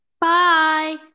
Bye